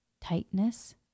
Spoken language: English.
Tightness